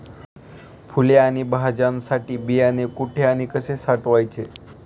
फुले आणि भाज्यांसाठी बियाणे कुठे व कसे साठवायचे?